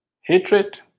hatred